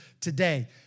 today